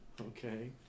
Okay